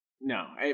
No